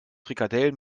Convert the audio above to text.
frikadellen